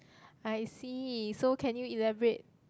I see so can you elaborate